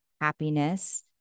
happiness